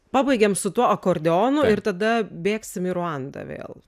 pabaigėm su tuo akordeonu ir tada bėgsim į ruandą vėl